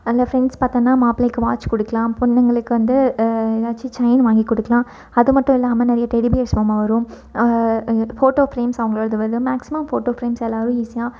எல்லா ஃப்ரெண்ட்ஸ் பார்த்தோனா மாப்புளைக்கு வாட்ச் கொடுக்குலாம் பொண்ணுங்களுக்கு வந்து ஏதாச்சு செயின் வாங்கி கொடுக்குலாம் அது மட்டும் இல்லாம நிறைய டெடி பியர்ஸ் பொம்மை வரும் ஃபோட்டோ ஃப்ரேம்ஸ் அவுங்களோடது வந்து மேக்சிமம் ஃபோட்டோ ஃப்ரேம்ஸ் எல்லாரும் ஈஸியாக